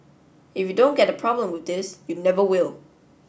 if you don't get the problem this you never will